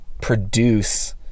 produce